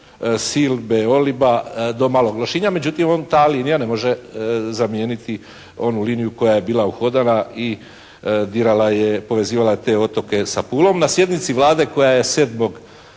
Silbe, Oliba, do Malog Lošinja, međutim … /Ne razumije se./ … ne može zamijeniti onu liniju koja je bila uhodana i dirala je, povezivala je te otoke sa Pulom. Na sjednici Vlade koja je 7.